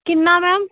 ਕਿੰਨਾ ਮੈਮ